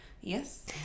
Yes